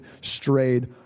strayed